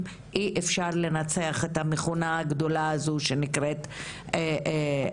אי אפשר יהיה לנצח את המכונה הגדולה הזו שנקראת "תעסוקה